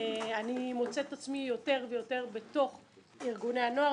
אני מוצאת את עצמי יותר ויותר בתוך ארגוני הנוער.